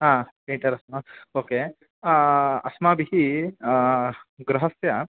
हा पेण्टरस् वा ओके अस्माभिः गृहस्य